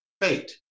fate